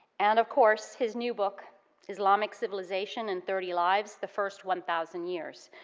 and of course, his new book islamic civilization in thirty lives the first one thousand years,